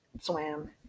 swam